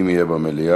אם יהיה במליאה.